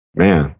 man